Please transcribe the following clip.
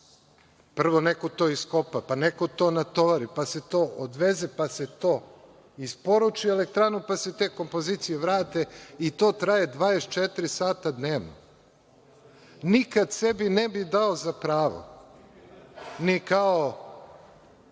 prvo to neko iskopa, pa neko to natovari, pa se to odveze, pa se to isporuči elektrani, pa ste kompozicije vrate i to traje 24 sata dnevno. Nikad sebi ne bih dao za pravo ni kao